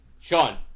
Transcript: sean